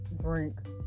drink